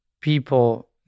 people